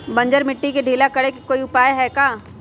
बंजर मिट्टी के ढीला करेके कोई उपाय है का?